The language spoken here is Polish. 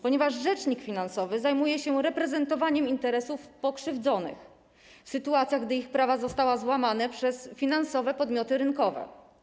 Ponieważ rzecznik finansowy zajmuje się reprezentowaniem interesów pokrzywdzonych w sytuacjach, gdy ich prawa zostały złamane przez finansowe podmioty rynkowe.